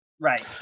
Right